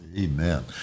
Amen